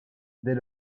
dès